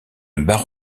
barre